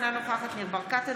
אינה נוכחת ניר ברקת,